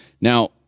Now